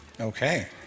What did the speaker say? Okay